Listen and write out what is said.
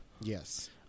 Yes